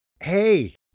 Hey